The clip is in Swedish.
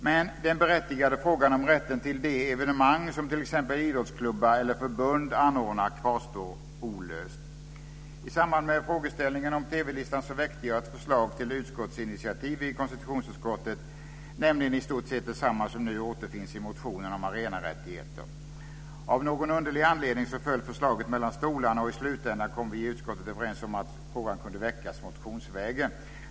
Men den berättigade frågan om rätten till de evenemang som t.ex. idrottsklubbar eller förbund anordnar kvarstår olöst. I samband med frågeställningen om TV-listan väckte jag ett förslag till utskottsinitiativ i konstitutionsutskottet, i stort sett detsamma som nu återfinns i motionen om arenarättigheter. Av någon underlig anledning föll förslaget mellan stolarna, och i slutändan kom vi i utskottet överens om att frågan kunde väckas motionsvägen.